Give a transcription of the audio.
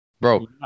Bro